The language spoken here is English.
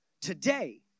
today